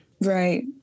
Right